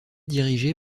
dirigé